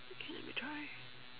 okay let me try